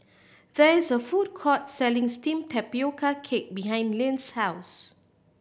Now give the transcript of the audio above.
there is a food court selling steamed tapioca cake behind Lyn's house